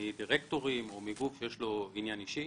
מדירקטורים או מגוף שיש לו עניין אישי.